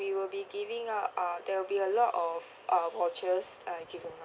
we will be giving out uh there will be a lot of uh vouchers uh given